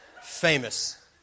famous